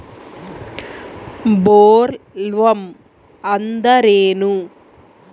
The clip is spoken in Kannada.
ಬೊಲ್ವರ್ಮ್ ಅಂದ್ರೇನು?